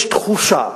יש תחושה,